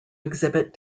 exhibit